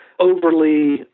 overly